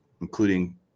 including